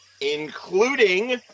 including